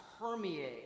permeate